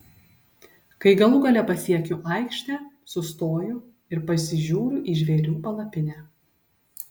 kai galų gale pasiekiu aikštę sustoju ir pasižiūriu į žvėrių palapinę